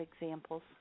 examples